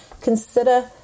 Consider